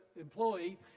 employee